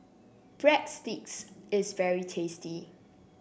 Breadsticks is very tasty